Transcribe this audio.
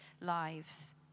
lives